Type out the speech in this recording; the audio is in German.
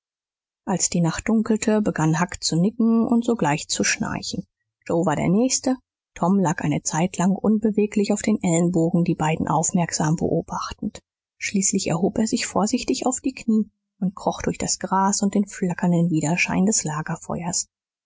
als die nacht dunkelte begann huck zu nicken und sogleich zu schnarchen joe war der nächste tom lag eine zeitlang unbeweglich auf den ellbogen die beiden aufmerksam beobachtend schließlich erhob er sich vorsichtig auf die knie und kroch durch das gras und den flackernden widerschein des lagerfeuers